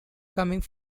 coming